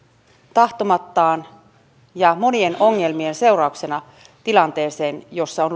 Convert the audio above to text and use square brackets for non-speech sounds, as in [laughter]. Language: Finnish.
tahtomattaan ja monien ongelmien seurauksena tilanteeseen jossa on [unintelligible]